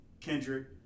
Kendrick